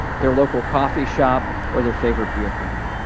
their local coffee shop or their favorite beer company.